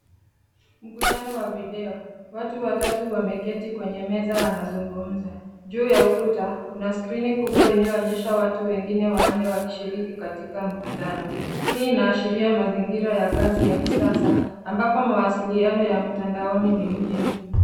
Mkutano wa video, watu watatu wameketi kwenye meza wanazungumza. Juu ya ukuta kuna skrini kubwa inayoonyesha watu wengine wanne wakishiriki katika mkutano. Hii inaashiria mazingira ya kazi ya kisasa ambapo mawasiliano ya mtandaoni ni muhimu.